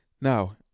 Now